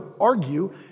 argue